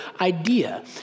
idea